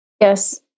Yes